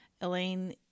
Elaine